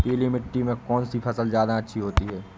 पीली मिट्टी में कौन सी फसल ज्यादा अच्छी होती है?